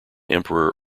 emperor